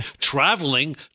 traveling